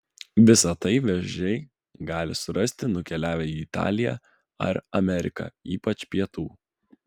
visa tai vėžiai gali surasti nukeliavę į italiją ar ameriką ypač pietų